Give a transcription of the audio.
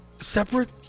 Separate